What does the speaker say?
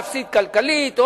כלכלית,